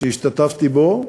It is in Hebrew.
שהשתתפתי בו,